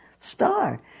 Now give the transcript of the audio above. star